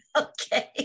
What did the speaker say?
okay